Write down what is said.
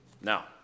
Now